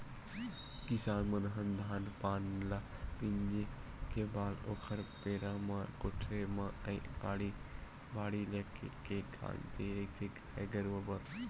किसान मन ह धान पान ल मिंजे के बाद ओखर पेरा ल कोठारे म या बाड़ी लाके के गांज देय रहिथे गाय गरुवा बर